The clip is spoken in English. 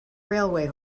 railway